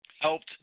helped